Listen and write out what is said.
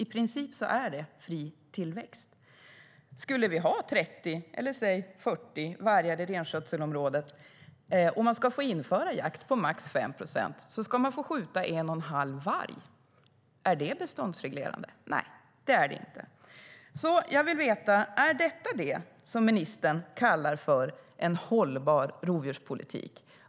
I princip är det fri tillväxt. Ska vi ha 30 eller säg 40 vargar i renskötselområdet och det införs jakt på max 5 procent får man skjuta en och en halv varg. Är det beståndsreglerande? Nej, det är det inte. Jag vill veta: Är det detta som ministern kallar en hållbar rovdjurspolitik?